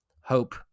hope